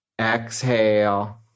Exhale